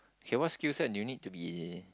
K what skill set do you need to be